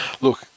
Look